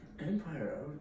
Empire